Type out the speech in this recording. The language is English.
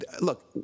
Look